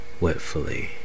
wetfully